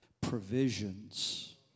provisions